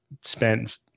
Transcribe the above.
spent